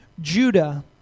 Judah